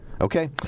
Okay